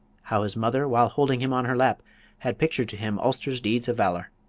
how his mother while holding him on her lap had pictured to him ulster's deeds of valor.